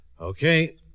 Okay